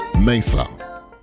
Mesa